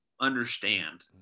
understand